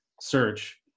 search